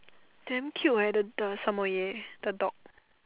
damn cute eh the the Samoyed the dog